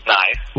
nice